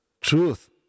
truth